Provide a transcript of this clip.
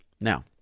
Now